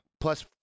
Plus